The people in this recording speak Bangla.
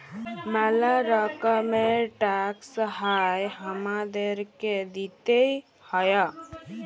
ম্যালা রকমের ট্যাক্স হ্যয় হামাদেরকে দিতেই হ্য়য়